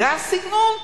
זה הסגנון.